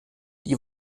die